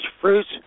fruits